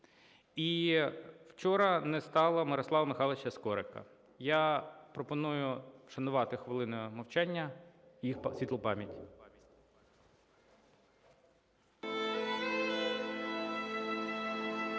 І вчора не стало Мирослава Михайловича Скорика. Я пропоную вшанувати хвилиною мовчання їх світлу пам'ять.